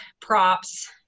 props